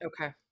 Okay